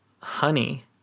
honey